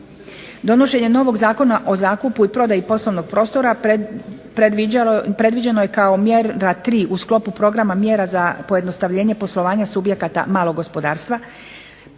Donošenjem novog Zakona o zakupu i prodaji poslovnog prostora predviđeno je kao mjera 3. u sklopu programa mjera za pojednostavljenje poslovanja subjekata malog gospodarstva